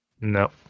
No